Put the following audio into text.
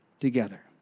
together